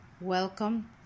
Welcome